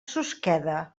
susqueda